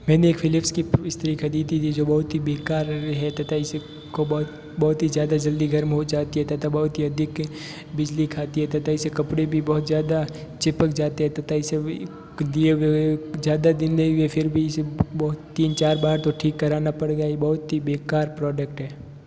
मैंने एक फिलिप्स की इस्तरी खरीदी थी जो बहुत ही बेकार है तथा इसको बहुत बहुत ही ज़्यादा जल्दी गरम हो जाती है तथा बहुत ही अधिक बिजली खाती है तथा इससे कपड़े भी बहुत ज़्यादा चिपक जाते हैं तथा इससे दिया हुए ज़्यादा दिन नहीं हुए फिर भी इससे बहुत तीन चार बार तो ठीक कराना पड़ गया यह बहुत ही बेकार प्रोडक्ट है